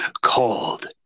called